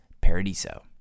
Paradiso